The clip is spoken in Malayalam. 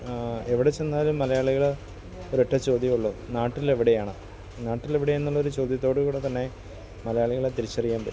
എവിടെ ചെന്നാലും മലയാളികൾ ഒരൊറ്റ ചോദ്യമുള്ളൂ നാട്ടിലെവിടെയാണ് നാട്ടിലെവിടെയാന്നുള്ളൊരു ചോദ്യത്തോട് കൂടെ തന്നെ മലയാളികളെ തിരിച്ചറിയാൻ പറ്റും